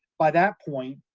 by that point,